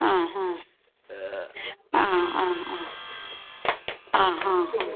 ആ ഹാ ആ ആ ആ ആ ഹാ ഹാ